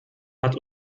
hat